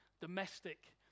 domestic